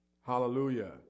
Hallelujah